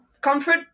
comfort